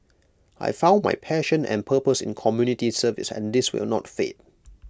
I found my passion and purpose in community service and this will not fade